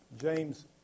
James